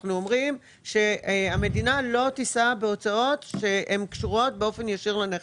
אנחנו אומרים שהמדינה לא תישא בהוצאות שהן קשורות באופן ישיר לנכס.